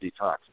detox